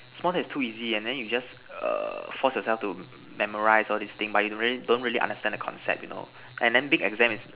small test is too easy and then you just err force yourself to memorize all this thing but you really don't really understand the concept you know and then big exam